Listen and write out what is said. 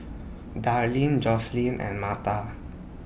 Darleen Joselin and Martha